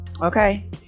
okay